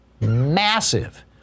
massive